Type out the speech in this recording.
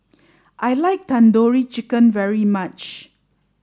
I like Tandoori Chicken very much